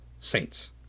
Saints